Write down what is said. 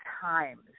times